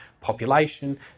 population